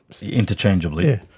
Interchangeably